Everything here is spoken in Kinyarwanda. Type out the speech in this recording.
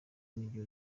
n’ibyo